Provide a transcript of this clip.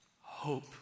Hope